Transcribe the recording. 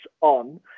on